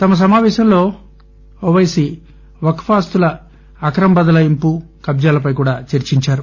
తమ సమాపేశంలో ఓపైసీ వక్స్ ఆస్తుల అక్రమ బదలాయింపు కబ్టాలపై కూడా చర్చించారు